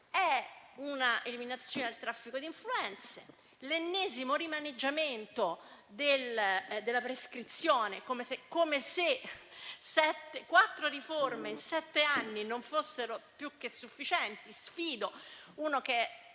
È l'eliminazione del traffico di influenze, l'ennesimo rimaneggiamento della prescrizione, come se quattro riforme in sette anni non fossero più che sufficienti. Sfido chiunque